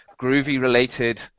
Groovy-related